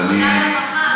עבודה ורווחה,